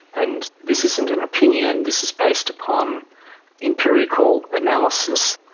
and this isn't an opinion, this is based upon empirical analysis,